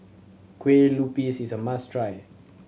Kueh Lupis is a must try